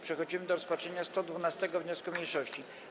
Przechodzimy do rozpatrzenia 112. wniosku mniejszości.